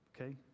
okay